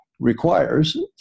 requires